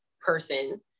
person